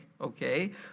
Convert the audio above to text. okay